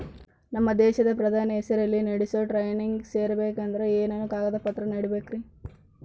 ನಮ್ಮ ದೇಶದ ಪ್ರಧಾನಿ ಹೆಸರಲ್ಲಿ ನಡೆಸೋ ಟ್ರೈನಿಂಗ್ ಸೇರಬೇಕಂದರೆ ಏನೇನು ಕಾಗದ ಪತ್ರ ನೇಡಬೇಕ್ರಿ?